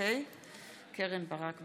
ניר ברקת,